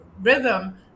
rhythm